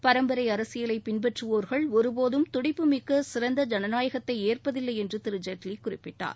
பரம்பரை அரசியலை பின்பற்றுவோர்கள் ஒருபோதும் துடிப்புமிக்க சிறந்த ஜனநாயகத்தை ஏற்பதில்லை திரு ஜெட்லி குறிப்பிட்டார்